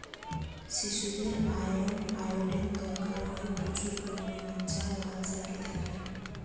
শিশুদের iron, iodine দরকার হয় প্রচুর পরিমাণে যা লাল শাকে থাকে